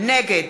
נגד